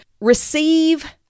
receive